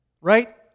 right